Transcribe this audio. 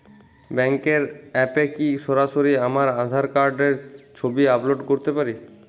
ব্যাংকের অ্যাপ এ কি সরাসরি আমার আঁধার কার্ড র ছবি আপলোড করতে পারি?